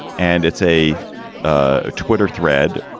and it's a ah twitter thread